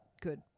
good